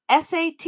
SAT